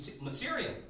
material